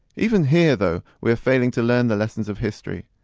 even here, though, we're failing to learn the lessons of history.